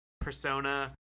persona